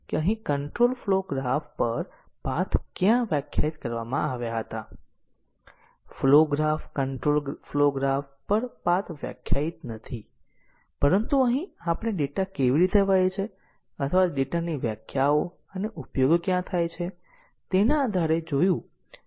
હવે પાંચ લાઈનો અથવા સાત લાઈનોના નાના પ્રોગ્રામને આપેલ આપણે કંટ્રોલ ફલો ગ્રાફની તપાસ કરીને પાથના લીનીયર રીતે ઈન્ડીપેન્ડન્ટ સમૂહને ઓળખી શકીએ છીએ પરંતુ જો પ્રોગ્રામમાં 20 અથવા 30 નોડ અને 50 ધાર હોય તો તે અત્યંત જટિલ બની જશે